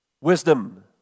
Wisdom